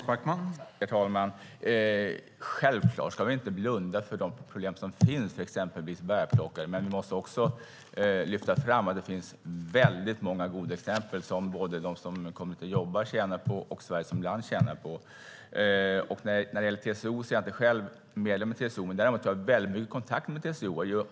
Herr talman! Vi ska självklart inte blunda för de problem som finns med exempelvis bärplockare. Men vi måste också lyfta fram att det finns väldigt många goda exempel som både de som kommer hit och jobbar tjänar på och Sverige som land tjänar på. När det gäller TCO är jag inte själv medlem i TCO. Jag har däremot väldigt mycket kontakter med TCO.